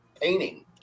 painting